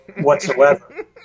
whatsoever